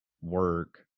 work